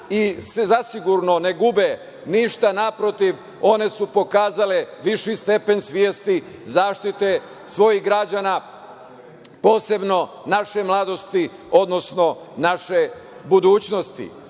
i zasigurno ne gube ništa. Naprotiv, one su pokazale viši stepen svesti zaštite svojih građana, posebno naše mladosti, odnosno naše budućnosti.U